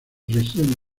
región